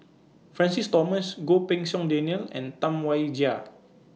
Francis Thomas Goh Pei Siong Daniel and Tam Wai Jia